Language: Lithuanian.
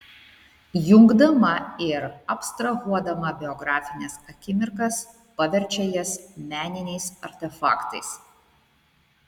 jungdama ir abstrahuodama biografines akimirkas paverčia jas meniniais artefaktais